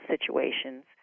situations